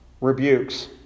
rebukes